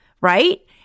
right